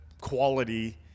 quality